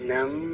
Nam